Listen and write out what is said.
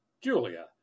Julia